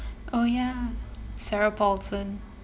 oh ya sarah paulson